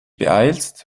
beeilst